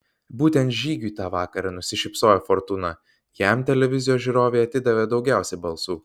būtent žygiui tą vakarą nusišypsojo fortūna jam televizijos žiūrovai atidavė daugiausiai balsų